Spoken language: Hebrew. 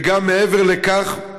וגם מעבר לכך.